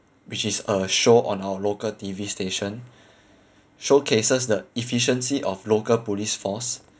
which is a show on our local T_V station showcases the efficiency of local police force